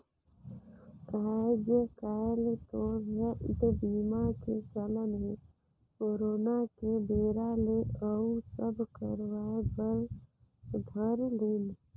आएज काएल तो हेल्थ बीमा के चलन हे करोना के बेरा ले अउ सब करवाय बर धर लिन